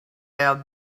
are